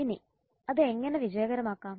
ഇനി അത് എങ്ങനെ വിജയകരമാക്കാം